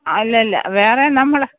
ആ അല്ലല്ല വേറെ നമ്മൾ